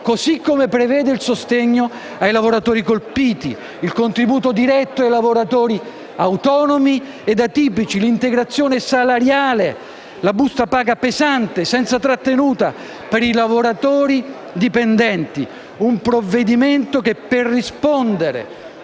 così come prevede il sostegno ai lavoratori colpiti, il contributo diretto ai lavoratori autonomi e atipici, l'integrazione salariale, la busta paga pesante (senza trattenuta) per i lavoratori dipendenti. Si tratta di un provvedimento che, per rispondere